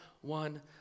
one